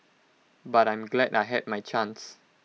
but I'm glad I had my chance